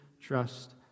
trust